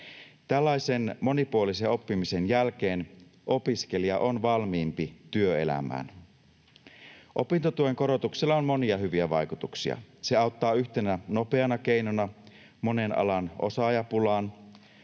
Tällaisen monipuolisen oppimisen jälkeen opiskelija on valmiimpi työelämään. Opintotuen korotuksella on monia hyviä vaikutuksia. Se auttaa yhtenä nopeana keinona monen alan osaajapulaan.